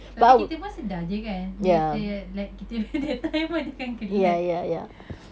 tapi kita pun sedar jer kan like the like kita punya that time ada yang kelat